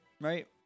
right